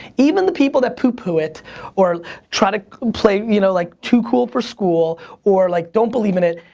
even the people that poo-poo it or try to play you know like too cool for school or like don't believe in it,